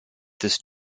this